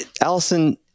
Allison